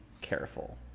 careful